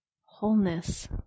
wholeness